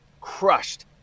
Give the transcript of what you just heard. crushed